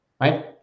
Right